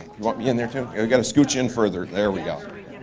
want me in there too. we gotta scooch in further. there we go.